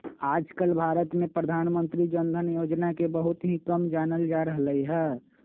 आजकल भारत में प्रधानमंत्री जन धन योजना के बहुत ही कम जानल जा रहले है